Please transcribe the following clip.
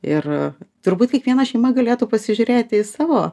ir turbūt kiekviena šeima galėtų pasižiūrėti į savo